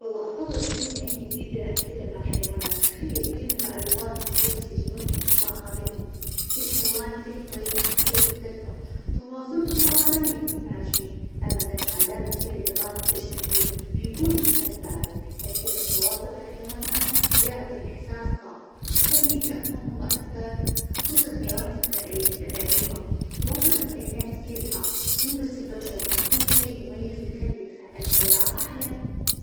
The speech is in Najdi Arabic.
والله أفظل يكون عندي قدرة أتكلم مع الحيوانات تخيل كم المعلومات والقصص اللي ممكن أسمعها منهم! كل حيوان له طريقة تفكير مختلفة وتواصلهم معانا يكون عجيب أما إذا تعلمت كل اللغات الأجنبية بيكون ممتاز بعد لكن التواصل مع الحيوانات يعطي إحساس خاص، ويخليني أفهمهم أكثر خصوصا حيوانات الأليفة. التواصل مع الكائنات كلها مو بس البشر بيكون شي مميز ويخلي الخ- الحياة أحلى.